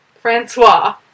Francois